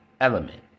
element